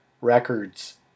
records